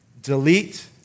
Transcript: Delete